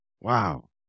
Wow